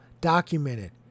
Documented